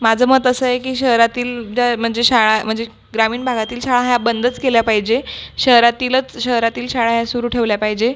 माझं मत असं आहे की शहरातील दय म्हणजे शाळा म्हणजे ग्रामीण भागातील शाळा ह्या बंदच केल्या पाहिजे शहरातीलच शहरातील शाळा ह्या सुरू ठेवल्या पाहिजे